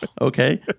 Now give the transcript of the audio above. Okay